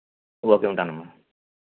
okay ఉంటాను అమ్మ